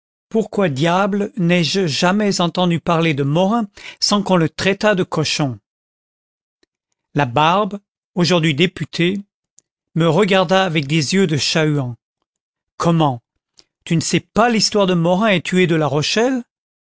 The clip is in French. pourquoi diable n'ai-je jamais entendu parler de morin sans qu'on le traitât de cochon labarbe aujourd'hui député me regarda avec des yeux de chat-huant comment tu ne sais pas l'histoire de morin et tu es de la rochelle